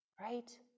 Right